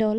দল